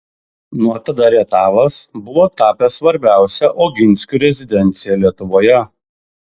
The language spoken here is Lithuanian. nuo tada rietavas buvo tapęs svarbiausia oginskių rezidencija lietuvoje